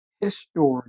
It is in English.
history